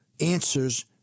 answers